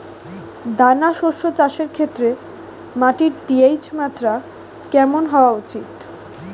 দানা শস্য চাষের ক্ষেত্রে মাটির পি.এইচ মাত্রা কেমন হওয়া উচিৎ?